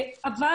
אבל,